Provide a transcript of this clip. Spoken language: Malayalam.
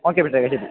ഓക്കെ അഭിഷേകെ ശരി